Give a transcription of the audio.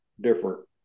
different